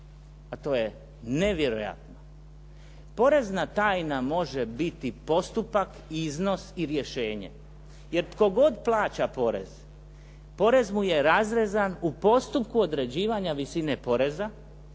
Pa to je nevjerojatno. Porezna tajna može biti postupak, iznos i rješenje jer tko god plaća porez, porez mu je razrezan u postupku određivanja visine poreza